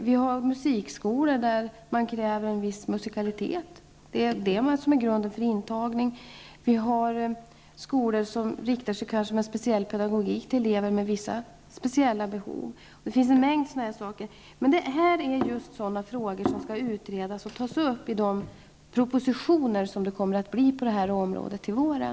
Vi har musikskolor, där man kräver en viss musikalitet som grund för intagning. Vi har skolor med speciell pedagogik som riktar sig till elever med vissa speciella behov. Det finns en mängd sådana exempel. Detta är just sådana frågor som skall utredas och tas upp i de propositioner som kommer att läggas fram på detta område till våren.